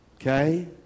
Okay